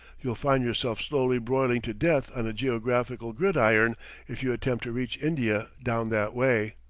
you'll find yourself slowly broiling to death on a geographical gridiron if you attempt to reach india down that way.